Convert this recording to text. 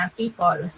people